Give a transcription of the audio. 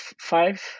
five